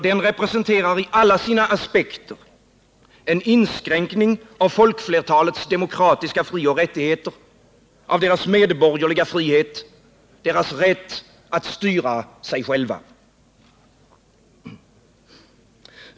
Den representerar i alla sina aspekter en inskränkning av folkflertalets demokratiska frioch rättigheter, en inskränkning av deras medborgerliga frihet, av deras rätt att 122 styra sig själva.